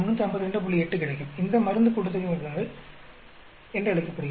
8 கிடைக்கும் இது மருந்து கூட்டுத்தொகை வர்க்கங்கள் என்று அழைக்கப்படுகிறது